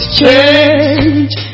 change